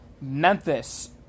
Memphis